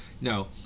No